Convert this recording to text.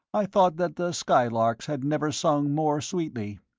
i thought that the skylarks had never sung more sweetly.